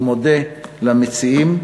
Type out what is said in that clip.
ומודה למציעים,